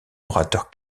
orateur